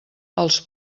els